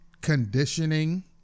conditioning